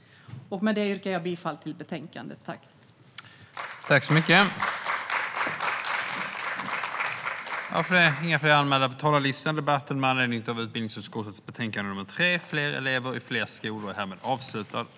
Med detta yrkar jag bifall till utskottets förslag till beslut.